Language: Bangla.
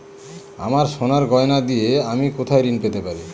আমার সোনার গয়নার দিয়ে আমি কোথায় ঋণ পেতে পারি?